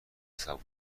تصور